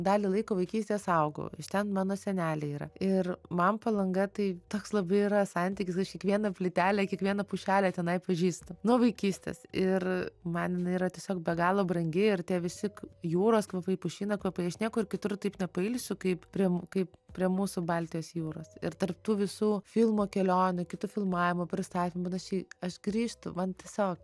dalį laiko vaikystės augau iš ten mano seneliai yra ir man palanga tai toks labai yra santykis aš kiekvieną plytelę kiekvieną pušelę tenai pažįsta nuo vaikystės ir man jinai yra tiesiog be galo brangi ir tie visi jūros kvapai pušyno kvapai aš niekur kitur taip nepailsiu kaip prie kaip prie mūsų baltijos jūros ir tarp tų visų filmo kelionių kitų filmavimų pristatymų panašiai aš grįžtu man tiesiog